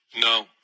No